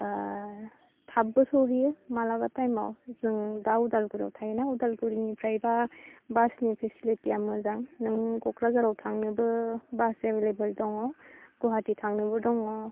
थाब्बो सौहैयो मालाबा टाइमाव जों दा उदालगुरियाव थायोना उदालगुरिनिफ्रायबा बासनि फिसिलिटिया मोजां नों कक्राझाराव थांनोबो बास एभेलेबेल दङ गुवाहाटि थांनोबो दङ